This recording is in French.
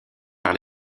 par